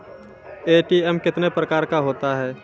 ATM कितने प्रकार का होता हैं?